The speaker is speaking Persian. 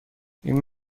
این